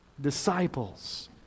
disciples